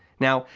now,